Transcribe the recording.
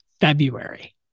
February